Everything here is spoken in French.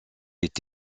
est